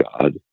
God